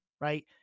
right